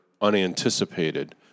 unanticipated